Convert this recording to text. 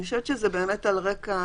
חושבת שזה באמת על רקע